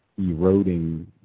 eroding